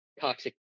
toxic